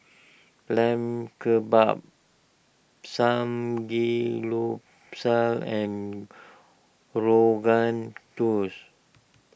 Lamb Kebabs and Rogan Josh